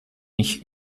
mich